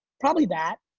probably that.